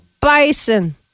Bison